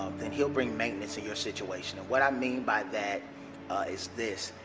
then he'll bring maintenance in your situation and what i mean by that is this,